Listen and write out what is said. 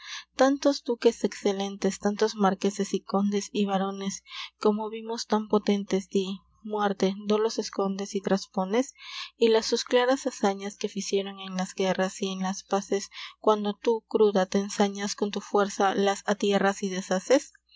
tantos duques exelentes tantos marqueses y condes y varones como vimos tan potentes di muerte do los escondes y traspones y las sus claras hazañas que fizieron en las guerras y en las pazes quando tu cruda te ensañas con tu fuera las atierras y deshazes